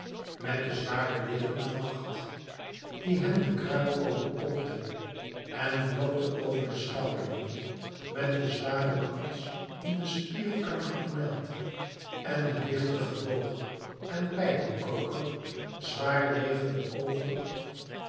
met de zware leeuwenvacht die hem den kruin overkopte en vlokte over de schouderen met den zwaren knots in den spierarm gekneld en de wichtige boog en pijlenkoker zwaar wegende over